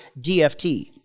DFT